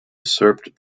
usurped